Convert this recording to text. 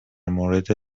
مورد